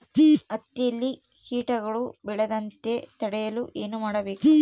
ಹತ್ತಿಯಲ್ಲಿ ಕೇಟಗಳು ಬೇಳದಂತೆ ತಡೆಯಲು ಏನು ಮಾಡಬೇಕು?